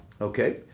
Okay